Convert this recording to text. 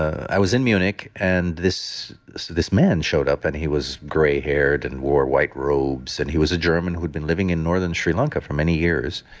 was in munich and this this man showed up and he was gray-haired and wore white robes. and he was a german who'd been living in northern sri lanka for many years,